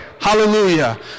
Hallelujah